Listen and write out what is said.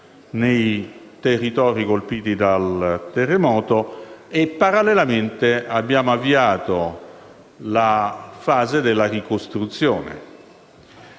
nei territori colpiti dal terremoto, e parallelamente abbiamo avviato la fase della ricostruzione